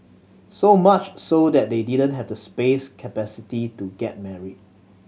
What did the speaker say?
so much so that they didn't have the space capacity to get married